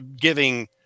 giving